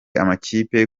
amakipe